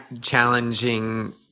challenging